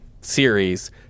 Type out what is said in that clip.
series